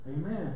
Amen